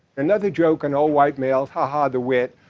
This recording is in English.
another joke on old white males. ha ha. the wit.